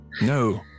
No